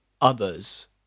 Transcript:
Others